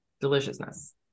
deliciousness